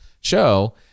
show